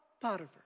Potiphar